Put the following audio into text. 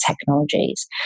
technologies